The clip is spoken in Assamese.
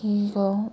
কি কওঁ